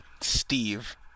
Steve